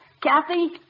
Kathy